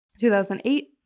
2008